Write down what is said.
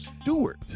Stewart